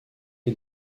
les